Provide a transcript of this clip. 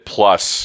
Plus